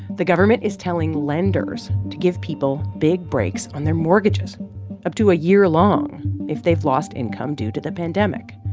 the government is telling lenders to give people big breaks on their mortgages up to a year long if they've lost income due to the pandemic.